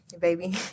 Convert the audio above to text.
baby